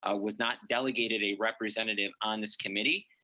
ah was not delegated a representative on this committee.